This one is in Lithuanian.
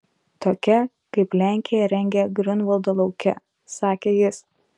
tokia kaip lenkija rengia griunvaldo lauke sakė jis